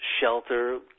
shelter